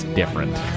different